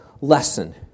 lesson